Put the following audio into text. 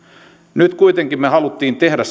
nyt kuitenkin me halusimme tehdä